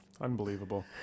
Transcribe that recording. unbelievable